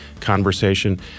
conversation